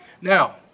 Now